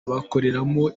bakoreramo